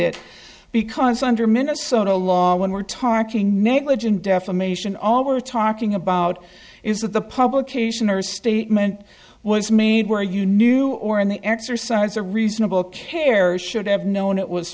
it because under minnesota law when we're talking negligent defamation all we're talking about is that the publication or statement was made where you knew or in the exercise a reasonable care or should have known it was